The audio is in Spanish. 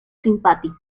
simpático